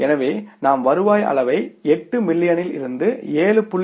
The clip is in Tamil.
எனவே நாம் வருவாய் அளவை 8 மில்லியனிலிருந்து 7